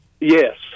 Yes